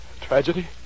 Tragedy